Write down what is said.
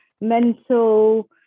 mental